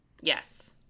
Yes